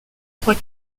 trois